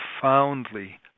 profoundly